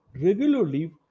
regularly